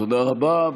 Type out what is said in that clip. תודה רבה.